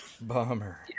Bummer